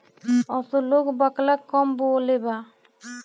असो लोग बकला कम बोअलेबा